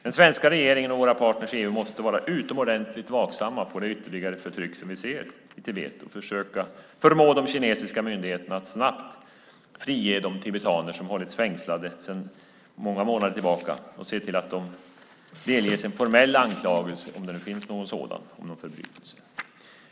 Den svenska regeringen och våra partner i EU måste vara utomordentligt vaksamma på det ytterligare förtryck som vi ser i Tibet och försöka förmå de kinesiska myndigheterna att snabbt frige de tibetaner som har hållits fängslade i flera månader och se till att de delges en formell anklagelse om förbrytelse, om det nu finns någon sådan.